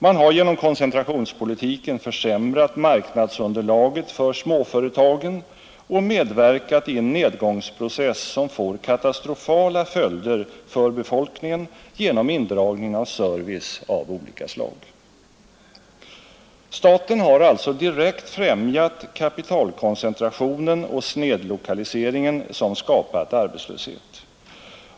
Man har genom koncentrationspolitiken försämrat marknadsunderlaget för småföretagen och medverkat i en nedgångsprocess som får katastrofala följder för befolkningen genom indragningen av service av olika slag. Staten har alltså direkt främjat kapitalkoncentrationen och snedlokaliseringen, som skapat arbetslöshet.